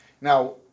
Now